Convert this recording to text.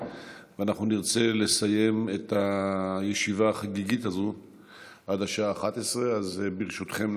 ואנחנו נרצה לסיים את הישיבה החגיגית הזאת עד השעה 11:00. אז ברשותכם,